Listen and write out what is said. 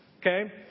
okay